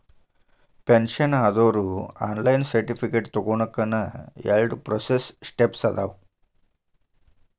pension ಆದೋರು online certificate ತೊಗೋನಕ ಎರಡ ಪ್ರೋಸೆಸ್ ಸ್ಟೆಪ್ಸ್ ಅದಾವ